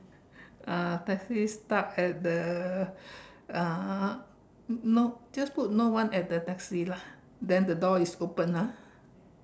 uh taxi is stuck at the uh n~ no just put no one at the taxi lah then the door is open ah